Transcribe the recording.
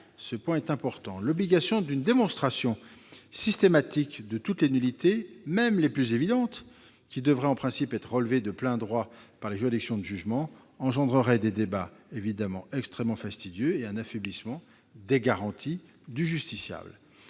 Ce point est important. L'obligation d'une démonstration systématique de toutes les nullités, même les plus évidentes, qui devrait en principe être relevée de plein droit par les juridictions de jugement, entraînerait des débats évidemment extrêmement fastidieux et un affaiblissement des garanties du justiciable.